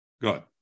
Good